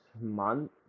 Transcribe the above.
month